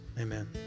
Amen